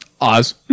Oz